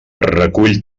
recull